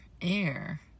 air